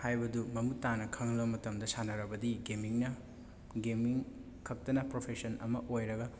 ꯍꯥꯏꯕꯗꯨ ꯃꯃꯨꯠ ꯇꯥꯅ ꯈꯪꯂꯕ ꯃꯇꯝꯗ ꯁꯥꯟꯅꯔꯕꯗꯤ ꯒꯦꯃꯤꯡꯅ ꯒꯦꯃꯤꯡ ꯈꯛꯇꯅ ꯄ꯭ꯔꯣꯐꯦꯁꯟ ꯑꯃ ꯑꯣꯏꯔꯒ